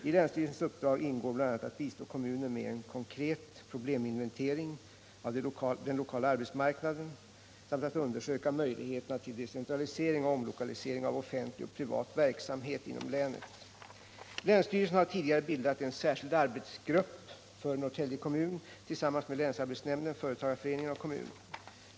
I länsstyrelsens uppdrag ingår bl.a. att bistå kommunen med en konkret probleminventering av den lokala arbetsmarknaden samt att undersöka möjligheterna till decentralisering och omlokalisering av offentlig och privat verksamhet inom länet. Länsstyrelsen har tidigare bildat en särskild arbetsgrupp för Norrtälje kommun, tillsammans med länsarbetsnämnden, företagareföreningen och kommunen.